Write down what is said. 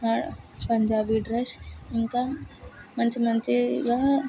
Punjabi dress ఇంకా మంచి మంచి గా ఇగా